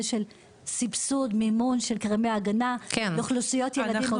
של סבסוד ומימון של קרמי ההגנה לאוכלוסיות וילדים,